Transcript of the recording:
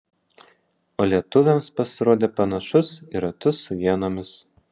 o lietuviams pasirodė panašus į ratus su ienomis